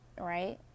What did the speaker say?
right